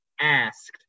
asked